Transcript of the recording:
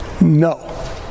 No